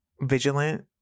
vigilant